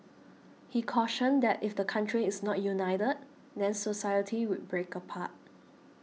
he cautioned that if the country is not united then society would break apart